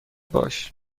باش